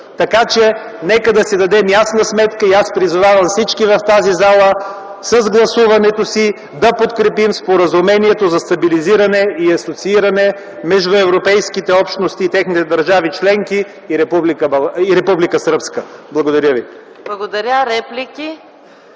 съюз. Нека да си дадем ясна сметка, и аз призовавам всички в тази зала: с гласуването си да подкрепим Споразумението за стабилизиране и асоцииране между Европейските общности и техните държави членки и Република Сърбия. Благодаря ви. ПРЕДСЕДАТЕЛ